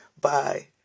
Bye